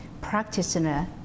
practitioner